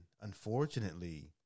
unfortunately